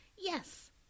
Yes